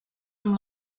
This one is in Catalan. amb